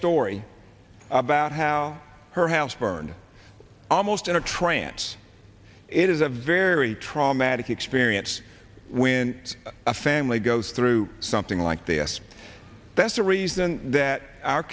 story about how her house burned almost in a trance it is a very traumatic experience when a family goes through something like this that's a reason that our